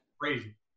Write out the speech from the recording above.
crazy